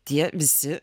tie visi